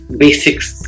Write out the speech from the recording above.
basics